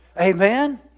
Amen